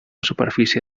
superfície